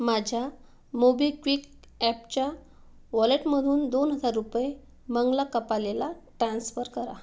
माझ्या मोबिक्विक ॲपच्या वॉलेटमधून दोन हजार रुपये मंगला कपालेला ट्रान्स्फर करा